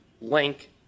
link